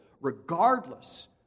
regardless